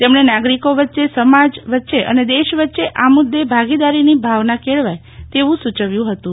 તેમણે નાગરિકો વચ્ચે સમાજ વચ્ચે અને દેશ વચ્ચે આ મુદ્દે ભાગીદારીની ભાવના કહેવાય તેવું સૂચવ્યું હતું